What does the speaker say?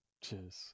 cheers